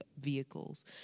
vehicles